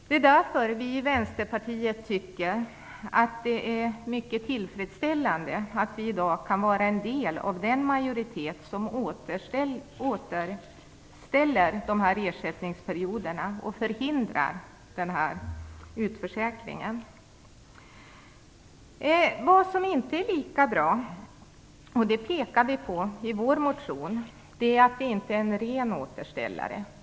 Det är därför vi i Vänsterpartiet tycker att det är tillfredsställande att vi i dag kan vara en del av den majoritet som återställer ersättningsperioderna och förhindrar risken för utförsäkring. Vad som inte är lika bra - och det framhåller vi i vår motion - är att det inte är fråga om en ren återställare.